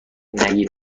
نگی